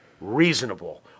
reasonable